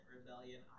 rebellion